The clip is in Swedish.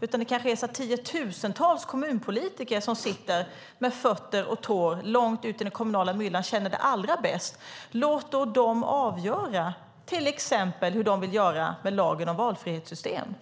Det kanske är så att tiotusentals kommunpolitiker som sitter med fötter och tår långt ned i den kommunala myllan känner det här allra bäst. Låt då dem avgöra till exempel hur de vill göra med lagen om valfrihetssystem!